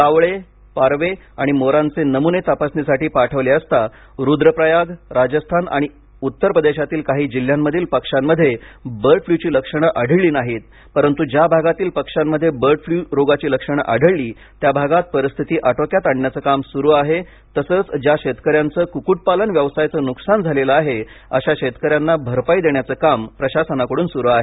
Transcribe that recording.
कावळेपरवेआणि मोरांचे नमुने तपासणी साठी पाठवले असता रुद्रप्रयाग राजस्थान आणि उत्तर प्रदेशातील काही जिल्ह्यातील पक्षांमध्ये बर्ड फ्लू ची लक्षणं आढळली नाहीत परंतु ज्या भागातील पक्षांमध्ये बर्ड फ्लू रोगाची लक्षणं आढळली त्या भागात परिस्थिती आटोक्यात अणण्याच काम स्रु आहे तसच ज्या शेतकऱ्यांच्या क्क्त्पालन व्यवसायाचं न्कसान झालेलं आहे अशा शेतकऱ्यांना भरपाई देण्याच काम प्रशासनाकडून स्रु आहे